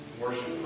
Worship